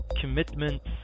commitments